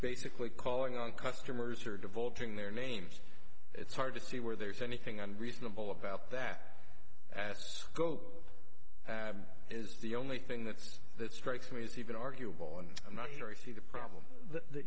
basically calling on customers or devoting their names it's hard to see where there's anything and reasonable about that as goat is the only thing that's that strikes me as even arguable and i'm not sure if the the problem th